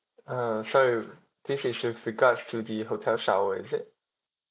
ah so this is with regards to the hotel shower is it